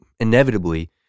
inevitably